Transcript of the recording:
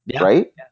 right